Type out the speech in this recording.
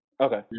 Okay